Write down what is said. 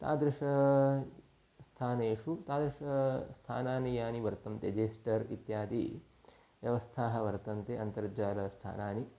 तादृशस्थानेषु तादृशस्थानानि यानि वर्तन्ते जेस्टर् इत्यादि व्यवस्थाः वर्तन्ते अन्तर्जालस्थानानि